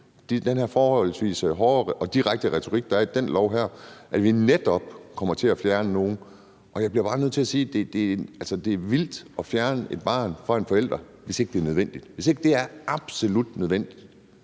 den her forholdsvis hårde og direkte retorik, der er i den her lov, netop kommer til at fjerne nogle, der ikke skulle fjernes. Jeg bliver bare nødt til at sige, at det er vildt at fjerne et barn fra en forælder, hvis det ikke er absolut nødvendigt,